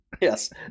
Yes